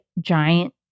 giant